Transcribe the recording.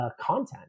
content